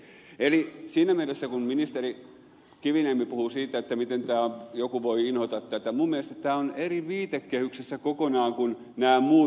eli siinä mielessä kun ministeri kiviniemi puhuu siitä miten joku voi inhota tätä minun mielestäni tämä on eri viitekehyksissä kokonaan kuin nämä muut elvytystoimenpiteet